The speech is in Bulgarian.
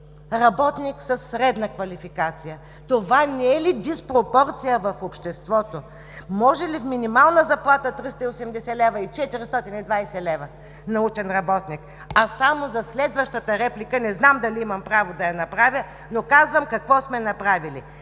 работник със средна квалификация? Това не е ли диспропорция в обществото? Може ли с минимална заплата 380 лв. и 420 лв. научен работник? А само за следващата реплика – не знам дали имам право да я направя, но казвам какво сме направили.